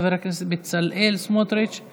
חבר הכנסת בצלאל סמוטריץ';